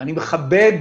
אני מכבד